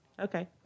okay